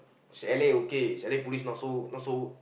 chalet okay chalet police not so not so